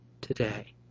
today